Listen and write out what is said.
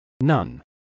none